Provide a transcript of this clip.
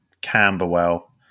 Camberwell